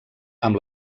amb